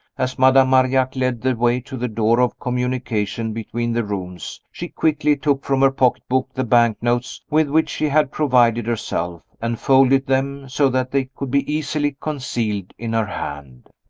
as madame marillac led the way to the door of communication between the rooms, she quickly took from her pocketbook the bank-notes with which she had provided herself, and folded them so that they could be easily concealed in her hand.